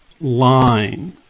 line